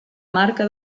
marca